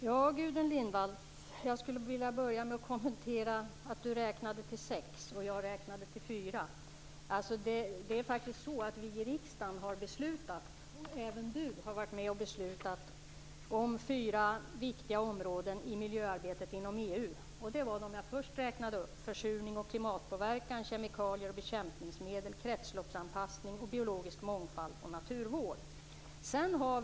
Fru talman! Jag skulle vilja börja med att kommentera att Gudrun Lindvall räknade till sex och jag till fyra. Riksdagen har beslutat - även Gudrun Lindvall har varit med - om fyra viktiga områden i miljöarbetet inom EU. Det var de fyra jag först räknade upp: försurning och klimatpåverkan, kemikalier och bekämpningsmedel, kretsloppsanpassning samt biologisk mångfald och naturvård.